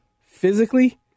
physically